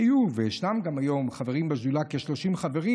היו וישנם גם היום חברים בשדולה, כ-30 חברים,